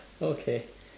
okay